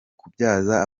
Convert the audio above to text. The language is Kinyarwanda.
kubyaza